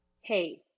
Hey